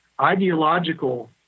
ideological